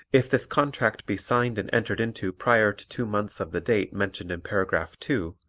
if this contract be signed and entered into prior to two months of the date mentioned in paragraph two,